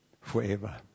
forever